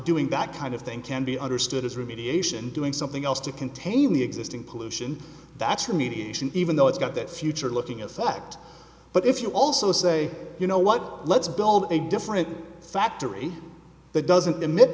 doing that kind of thing can be understood as remediation doing something else to contain the existing pollution that's remediation even though it's got that future looking at fact but if you also say you know what let's build a different factory that doesn't